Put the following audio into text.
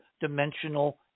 dimensional